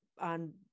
on